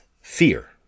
fear